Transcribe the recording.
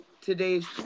today's